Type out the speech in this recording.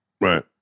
Right